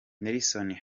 nelson